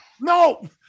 No